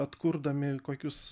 atkurdami kokius